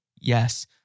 Yes